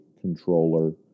controller